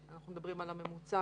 אנחנו מדברים על הממוצע